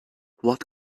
what